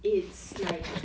it's like